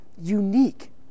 unique